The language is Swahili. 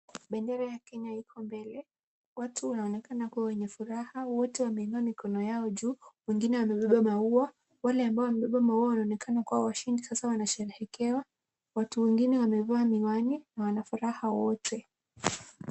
Bendera ya Kenya iko mbele. Watu wanaonekana kuwa wenye furaha. Wote wameinua mikono yako juu, wengine wamebeba maua. Wale ambao wamebeba maua wanaonekana kuwa washindi sasa wanasherehekewa. Watu wengine wamevaa miwani na wana furaha wote.